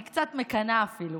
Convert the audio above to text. אני קצת מקנאה אפילו.